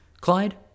clyde